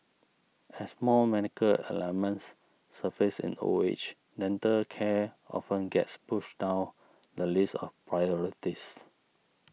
as more medical ailments surface in old age dental care often gets pushed down the list of priorities